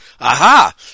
Aha